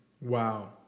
Wow